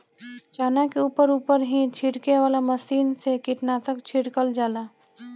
चना के ऊपर ऊपर ही छिड़के वाला मशीन से कीटनाशक छिड़कल जाला